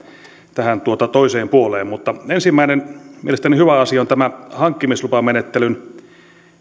tähän toiseen puoleen ensimmäinen mielestäni hyvä asia on tämä hankkimislupamenettelyn